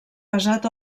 pesat